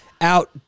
out